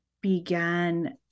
began